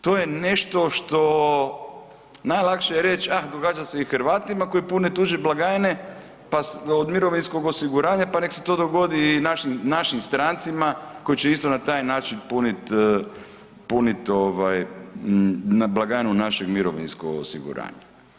To je nešto što, najlakše je reći ah događa se i Hrvatima koji pune tuđe blagajne pa od mirovinskog osiguranja pa nek se to dogodi i našim strancima koji će isto na taj način punit, punit ovaj na blagajnu našeg mirovinskog osiguranja.